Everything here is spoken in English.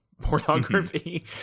pornography